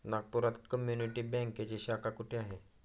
नागपुरात कम्युनिटी बँकेची शाखा कुठे आहे?